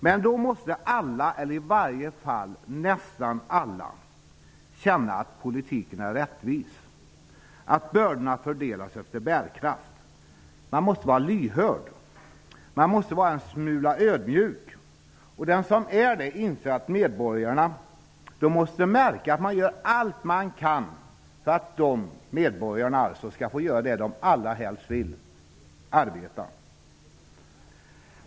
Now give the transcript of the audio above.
Men då måste i varje fall nästan alla känna att politiken är rättvis, att bördorna fördelas efter bärkraft. Man måste vara lyhörd och en smula ödmjuk. Den som är det inser att medborgarna måste märka att man gör allt som göras kan för att medborgarna skall få göra vad de allra helst vill: arbeta.